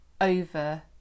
over